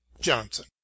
Johnson